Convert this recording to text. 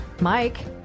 Mike